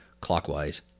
clockwise